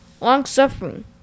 long-suffering